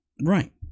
Right